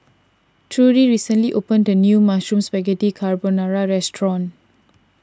Trudi recently opened a new Mushroom Spaghetti Carbonara restaurant